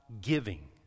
giving